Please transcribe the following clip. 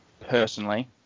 personally